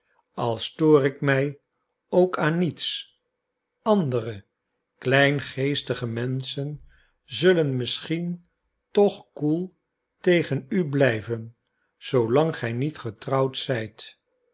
al stoor ik mij ook aan niets andere kleingeestige menschen zullen misschien toch koel tegen u blijven zoolang gij niet getrouwd zijt